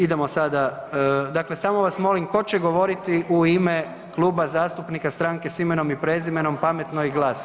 Idemo sada, dakle samo vas molim tko će govoriti u ime Kluba zastupnika Stranke s imenom i prezimenom, Pametno i GLAS?